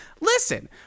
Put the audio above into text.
Listen